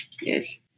Yes